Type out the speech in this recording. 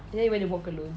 then you where you walk alone